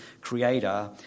creator